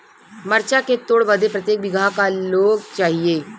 मरचा के तोड़ बदे प्रत्येक बिगहा क लोग चाहिए?